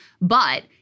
But-